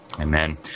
Amen